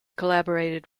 collaborated